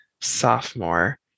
sophomore